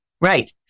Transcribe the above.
Right